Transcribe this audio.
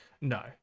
No